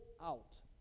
out